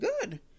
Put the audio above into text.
good